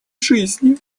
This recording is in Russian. жизни